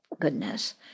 goodness